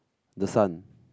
the sun